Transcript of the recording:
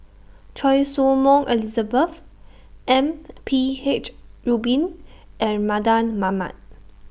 Choy Su Moi Elizabeth M P H Rubin and Mardan Mamat